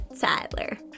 Tyler